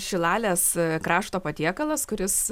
šilalės krašto patiekalas kuris